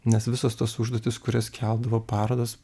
nes visos tos užduotys kurias keldavo parodos